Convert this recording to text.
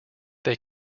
they